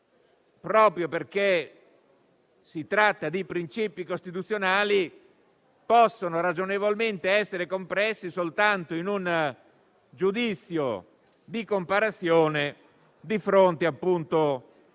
Proprio perché si tratta di principi costituzionali, questi possono ragionevolmente essere compressi soltanto in un giudizio di comparazione di fronte - appunto